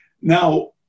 Now